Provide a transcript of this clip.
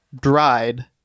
dried